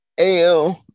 AO